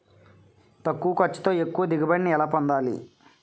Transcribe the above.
తక్కువ ఖర్చుతో ఎక్కువ దిగుబడి ని ఎలా పొందాలీ?